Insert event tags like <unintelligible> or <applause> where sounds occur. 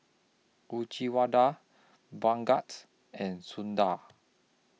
<unintelligible> Bhagat's and Sundar